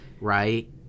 right